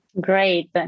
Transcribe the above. Great